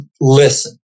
listen